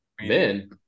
Men